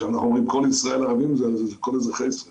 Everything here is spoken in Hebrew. כשאנחנו אומרים "כל ישראל ערבים זה לזה" זה אומר כל אזרחי ישראל